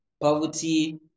poverty